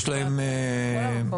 כל המקום.